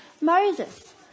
Moses